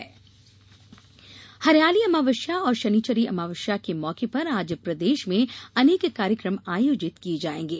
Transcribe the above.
शनिचरी अमावस्या हरियाली अमावस्या और शनिचरी अमावस्या के मौके पर आज प्रदेश में अनेक कार्यक्रम आयोजित किये जायेंगे